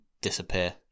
disappear